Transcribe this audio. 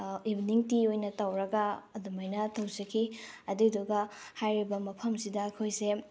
evening tea ꯑꯣꯏꯅ ꯇꯧꯔꯒ ꯑꯗꯨꯃꯥꯏꯅ ꯇꯧꯖꯈꯤ ꯑꯗꯨꯏꯗꯨꯒ ꯍꯥꯏꯔꯤꯕ ꯃꯐꯝꯁꯤꯗ ꯑꯩꯈꯣꯏꯁꯦ